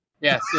Yes